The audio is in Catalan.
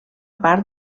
part